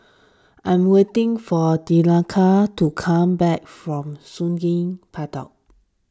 I am waiting for Danika to come back from Sungei Pedok